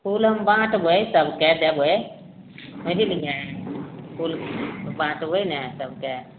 फूल हम बाँटबय सबके देबय बुझलियै फूल बाँटबय ने सबके